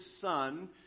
Son